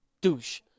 douche